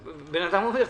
בן אדם אומר טעיתי,